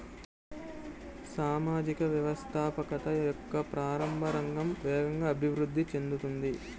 సామాజిక వ్యవస్థాపకత యొక్క ప్రారంభ రంగం వేగంగా అభివృద్ధి చెందుతోంది